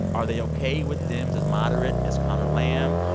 are they ok with dems as moderate as conor lamb?